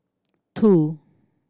two